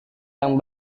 yang